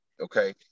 okay